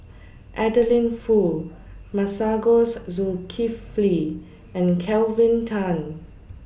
Adeline Foo Masagos Zulkifli and Kelvin Tan